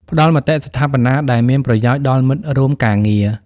ផ្តល់មតិស្ថាបនាដែលមានប្រយោជន៍ដល់មិត្តរួមការងារ។